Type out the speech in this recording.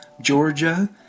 Georgia